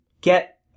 get